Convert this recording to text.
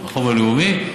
החוב הלאומי.